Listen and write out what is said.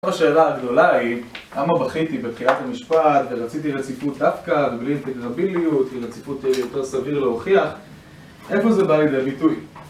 השאלה הגדולה היא, למה בכיתי בתחיית המשפט, רציתי רציפות דווקא, בלי אינטגרביליות, היא רציפות יותר סביר להוכיח, איפה זה בא לי לביטוי?